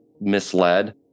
misled